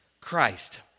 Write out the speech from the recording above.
Christ